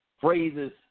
phrases